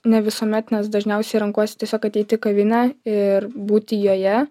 ne visuomet nes dažniausiai renkuosi tiesiog ateiti į kavinę ir būti joje